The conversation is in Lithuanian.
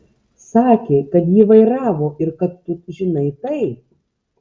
sakė kad jį vairavo ir kad tu žinai tai